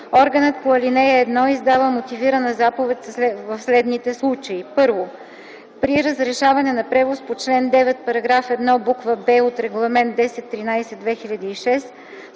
Органът по ал. 1 издава мотивирана заповед в следните случаи: 1. при разрешаване на превоз по чл. 9, § 1, буква „б” от Регламент 1013/2006